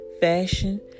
fashion